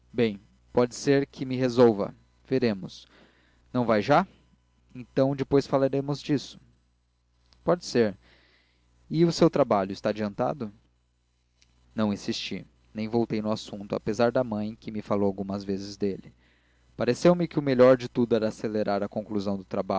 bem pode ser que me resolva veremos não vai já então depois falaremos disto pode ser e o seu trabalho está adiantado não insisti nem voltei ao assunto apesar da mãe que me falou algumas vezes dele pareceu-me que o melhor de tudo era acelerar a conclusão do